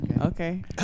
Okay